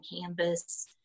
canvas